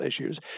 issues